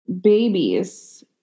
babies